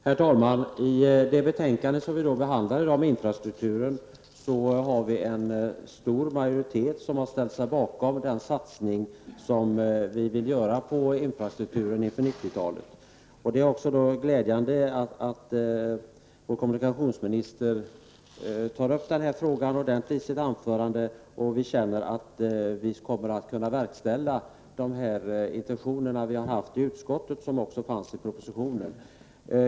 Herr talman! I det betänkande om infrastrukturen som vi i dag behandlar har vi en stor majoritet för den satsning vi vill göra på infrastrukturen inför 90 talet. Det är också glädjande att kommunikationsministern tar upp denna fråga i sitt anförande. Vi känner att vi kommer att kunna verkställa de intentioner som vi har haft i utskottet och som också fanns i propositionen.